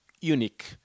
unique